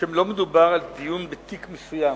שלא מדובר על דיון בתיק מסוים.